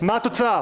מה התוצאה?